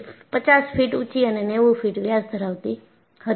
તે 50 ફીટ ઊંચી અને 90 ફીટ વ્યાસ ધરાવતી હતી